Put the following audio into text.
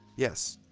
yes,